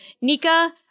Nika